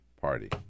party